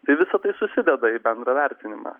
tai visa tai susideda į bendrą vertinimą